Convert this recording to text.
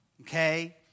okay